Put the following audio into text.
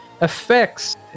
effects